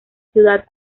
ciudad